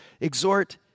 exhort